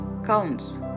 counts